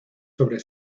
sobre